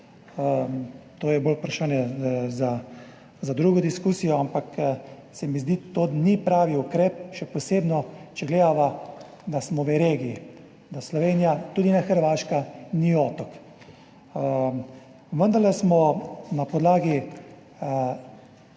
to je bolj vprašanje za drugo diskusijo, ampak se mi zdi, da to ni pravi ukrep, še posebej, če gledava, da smo v regiji, da Slovenija, tudi ne Hrvaška, ni otok. Vendarle smo na podlagi